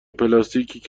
پلاستیک